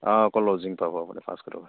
অঁ অকল লজিং পাব আপুুনি পাঁচশ টকাত